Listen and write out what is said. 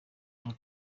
ngo